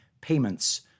payments